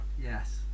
Yes